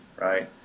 right